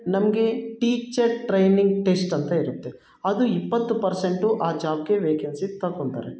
ನಮಗೆ teacher training test ಅಂತ ಇರುತ್ತೆ ಅದು ಇಪ್ಪತ್ತು ಪರ್ಸೆಂಟು ಆ ಜಾಬ್ಗೆ ವೇಕೆನ್ಸಿ ತೊಗೊಂತಾರೆ